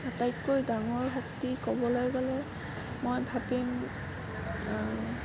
আটাইতকৈ ডাঙৰ শক্তি ক'বলৈ গ'লে মই ভাবিম